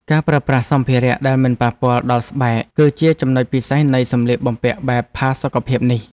ការប្រើប្រាស់សម្ភារៈដែលមិនប៉ះពាល់ដល់ស្បែក គឺជាចំណុចពិសេសនៃសម្លៀកបំពាក់បែបផាសុកភាពនេះ។